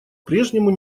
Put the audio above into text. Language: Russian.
прежнему